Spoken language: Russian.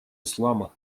ислама